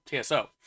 TSO